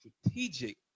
strategic